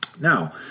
Now